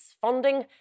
funding